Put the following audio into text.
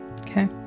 okay